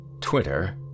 Twitter